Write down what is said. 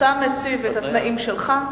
אתה מציב את התנאים שלך,